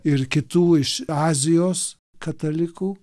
ir kitų iš azijos katalikų